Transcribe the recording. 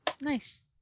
nice